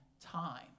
time